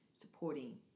supporting